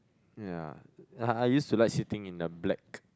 ya I used to like sitting in a black